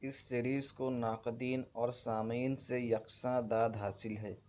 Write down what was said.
اس series کو ناقدین اور سامعین سے یکساں داد حاصل ہے